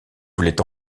voulait